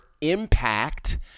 impact